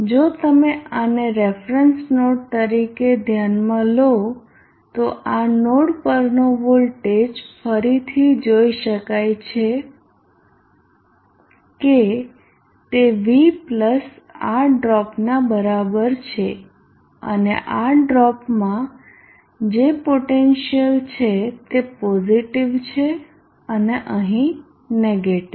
જો તમે આને રેફરન્સ નોડ તરીકે ધ્યાનમાં લો તો આ નોડ પરનો વોલ્ટેજ ફરીથી જોઈ શકાય છે કે તે v પ્લસ આ ડ્રોપના બરાબર છે અને આ ડ્રોપમાં જે પોટેન્સીયલ છે તે પોઝીટીવ છે અને અહીં નેગેટીવ